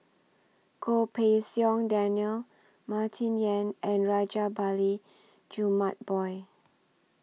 Goh Pei Siong Daniel Martin Yan and Rajabali Jumabhoy